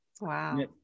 Wow